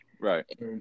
right